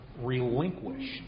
relinquished